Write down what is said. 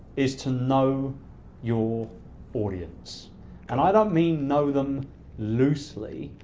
is to know your audience and i don't mean know them loosely.